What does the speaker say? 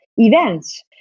events